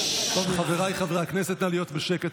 חבריי חברי הכנסת, נא להיות בשקט.